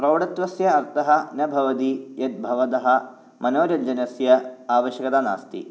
प्रौडत्वस्य अर्थः न भवति यद्भवदः मनोरञ्जनस्य आवश्यकता नास्ति